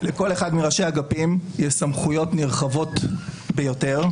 לכל אחד מראשי האגפים יש סמכויות נרחבות ביותר.